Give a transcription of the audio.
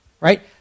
right